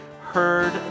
heard